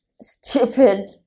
stupid